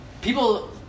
People